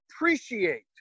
appreciate